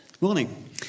Morning